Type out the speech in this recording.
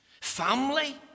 family